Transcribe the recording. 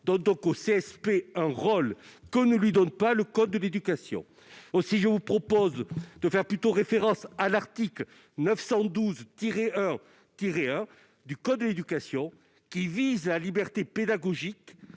donne donc au CSP un rôle que ne lui confère pas le code de l'éducation. Aussi, il me paraît préférable de faire référence à l'article L. 912-1-1 du code de l'éducation, qui vise la liberté pédagogique